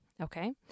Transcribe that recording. Okay